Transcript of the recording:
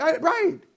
Right